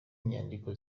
inyandiko